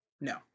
no